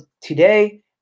today